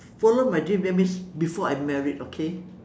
follow my dream that means before I married okay